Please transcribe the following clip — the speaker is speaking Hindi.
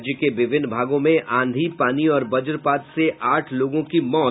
राज्य के विभिन्न भागों में आंधी पानी और वज्रपात से आठ लोगों की मौत